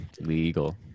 legal